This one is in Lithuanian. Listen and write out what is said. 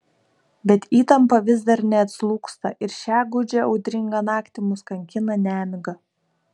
bet įtampa vis dar neatslūgsta ir šią gūdžią audringą naktį mus kankina nemiga